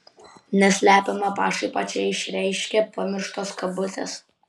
neslepiamą pašaipą čia išreiškia pamirštos kabutės